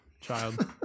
child